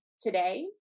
today